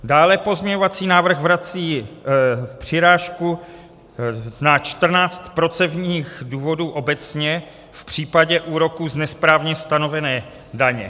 Dále pozměňovací návrh vrací přirážku na 14 procentních bodů obecně v případě úroků z nesprávně stanovené daně.